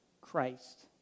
Christ